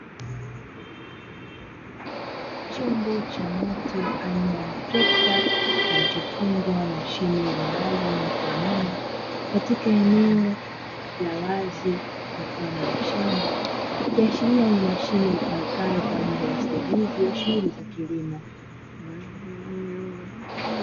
Chombo cha moto aina ya trekta, kilichofungwa mashine maalumu kwa nyuma katika eneo la wazi mfano wa shamba. Ikiashiria ni mashine itumikayo kwa ajili ya usaidizi wa shughuli za kilimo.